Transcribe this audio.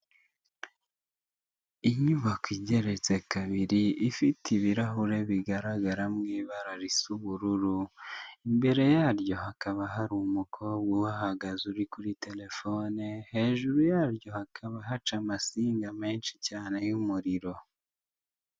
Inyubako igeretse kabiri ifite ibirahure bigaragaramo ibara risa ubururu imbere yaryo hakaba hari umukobwa uhahagaze uri kuri Telefone hejuru yaryo hakaba haca amasinga menshi cyane y'umuriro.